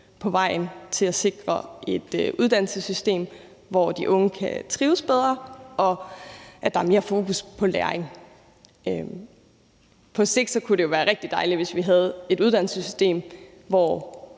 på vejen til at sikre et uddannelsessystem, hvor de unge kan trives bedre, og hvor der er mere fokus på læring. På sigt kunne det jo være rigtig dejligt, hvis vi havde et uddannelsessystem, som